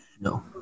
no